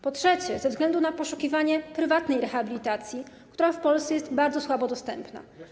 Po trzecie, ze względu na poszukiwanie prywatnej rehabilitacji, która w Polsce jest bardzo słabo dostępna.